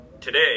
today